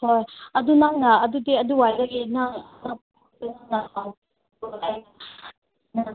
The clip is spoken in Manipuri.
ꯍꯣꯏ ꯑꯗꯨ ꯅꯪꯅ ꯑꯗꯨꯗꯤ ꯑꯗꯨꯋꯥꯏꯗꯒꯤ